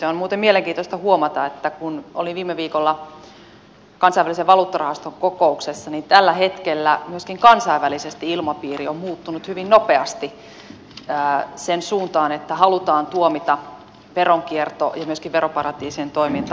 on muuten mielenkiintoista huomata että kun olin viime viikolla kansainvälisen valuuttarahaston kokouksessa niin tällä hetkellä myöskin kansainvälisesti ilmapiiri on muuttunut hyvin nopeasti sen suuntaan että halutaan tuomita veronkierto ja myöskin veroparatiisien toiminta